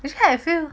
actually I feel